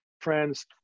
friends